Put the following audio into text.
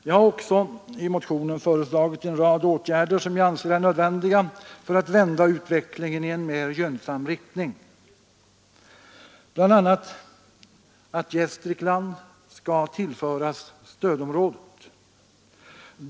Jag har också i motionen föreslagit en rad åtgärder som jag anser är nödvändiga för att vända utvecklingen i en mer gynnsam riktning, bl.a. att Gästrikland skall tillföras stödområdet.